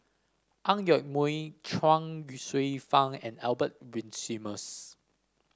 Ang Yoke Mooi Chuang Hsueh Fang and Albert Winsemius